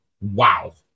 Wow